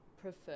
prefer